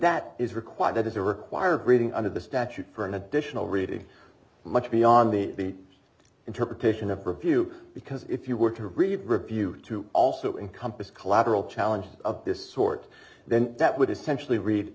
that is required that is a required reading under the statute for an additional reading much beyond the interpretation of review because if you were to read review to also in compass collateral challenges of this sort then that would essentially read